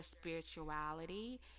spirituality